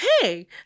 hey